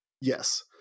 Yes